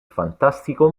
fantastico